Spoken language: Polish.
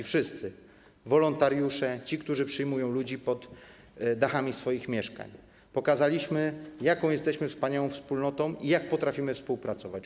Wszyscy - wolontariusze, ci, którzy przyjmują ludzi pod dachy swoich mieszkań - pokazaliśmy, jaką jesteśmy wspaniałą wspólnotą i jak potrafimy współpracować.